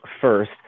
first